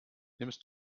nimmst